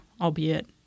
albeit